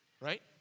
Right